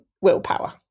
willpower